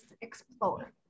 explore